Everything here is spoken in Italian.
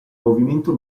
movimento